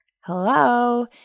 Hello